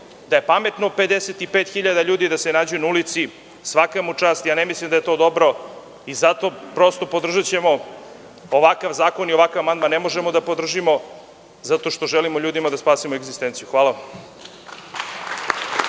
da je pametno 55.000 ljudi da se nađu na ulici, svaka mu čast. Ne mislim da je to dobro i zato ćemo podržati ovakav zakon i ovakav amandman ne možemo da podržimo zato što želimo da ljudima spasimo egzistenciju. Hvala.